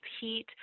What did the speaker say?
heat